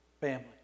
family